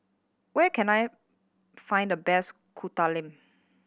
where can I find the best Kuih Talam